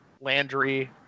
Landry